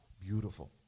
beautiful